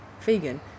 vegan